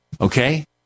Okay